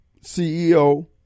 CEO